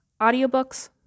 audiobooks